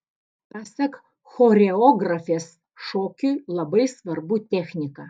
pasak choreografės šokiui labai svarbu technika